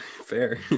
fair